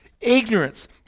ignorance